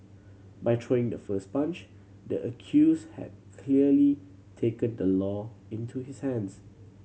by throwing the first punch the accused had clearly taken the law into his hands